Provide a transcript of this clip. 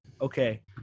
Okay